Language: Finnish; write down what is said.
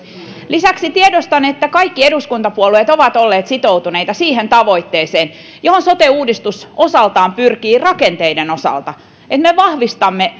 lisäksi tiedostan että kaikki eduskuntapuolueet ovat olleet sitoutuneita siihen tavoitteeseen johon sote uudistus osaltaan pyrkii rakenteiden osalta että me vahvistamme